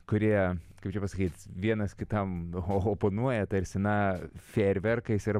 kurie kaip čia pasakyt vienas kitam o oponuoja tarsi na fejerverkais ir